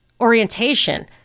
orientation